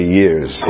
years